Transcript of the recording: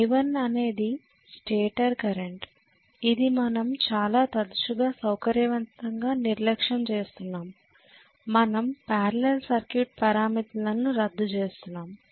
I1 అనేది stator current ఇది మనం చాలా తరచుగా సౌకర్యవంతంగా నిర్లక్ష్యం చేస్తున్నాము మనం పేరలెల్ సర్క్యూట్ పారామితులను రద్దు చేస్తున్నాము